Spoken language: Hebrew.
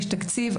יש תקציב,